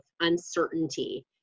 uncertainty